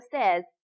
says